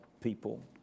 people